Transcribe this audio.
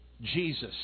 Jesus